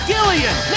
Gillian